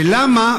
ולמה,